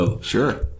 Sure